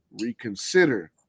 reconsider